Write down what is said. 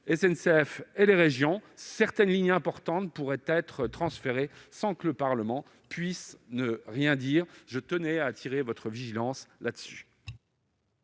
SNCF et les régions, certaines lignes importantes pourraient être transférées sans que le Parlement puisse faire quoi que ce soit. Je tenais à attirer votre vigilance sur